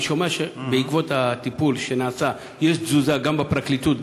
אני שומע שבעקבות הטיפול שנעשה יש תזוזה גם בפרקליטות,